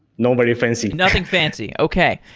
not very fancy nothing fancy. okay.